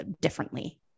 differently